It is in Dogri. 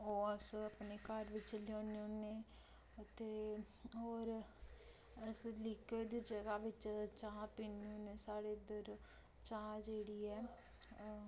ओह् अस अपने घर बिच्च लेऔने होन्ने ते होर अस लिक्युड दी जगह बिच्च चाह् पीन्ने होन्ने साढ़े इद्धर चाह् जेह्ड़ी ऐ